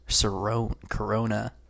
Corona